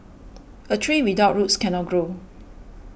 a tree without roots cannot grow